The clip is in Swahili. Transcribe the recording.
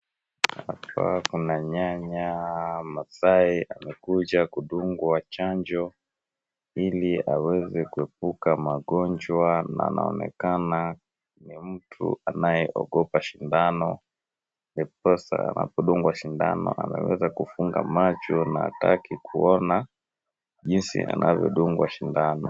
Hapa kuna nyanya au Maasai amekuja kudungwa chanjo ili aweze kuepuka magonjwa, naona amekaa na ni mtu anayeogopa sindani ndiposa anapondungwa sindano anaweza kufunga macho na hataki kuona jinsi anavyodungwa sindano.